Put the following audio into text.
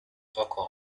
vocal